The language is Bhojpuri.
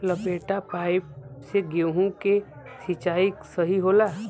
लपेटा पाइप से गेहूँ के सिचाई सही होला?